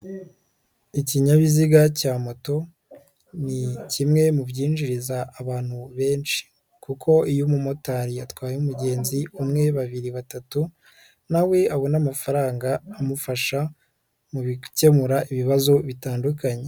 Ikinyabiziga cya moto, ni kimwe mu byinjiriza abantu benshi kuko iyo umumotari yatwaye umugenzi, umwe, babiri, batatu na we abona amafaranga amufasha, mu gukemura ibibazo bitandukanye.